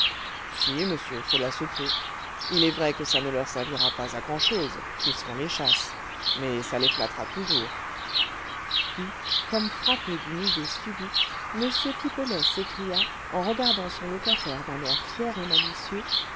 si monsieur cela se peut il est vrai que ça ne leur servira pas à grand-chose puisqu'on les chasse mais ça les flattera toujours puis comme frappé d'une idée subite m pipelet s'écria en regardant son locataire d'un air fier et malicieux